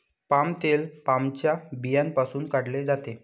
palm तेल पामच्या बियांपासून काढले जाते